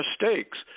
mistakes